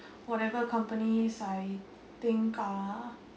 whatever companies I think uh